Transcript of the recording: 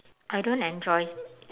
I don't enjoy